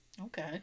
Okay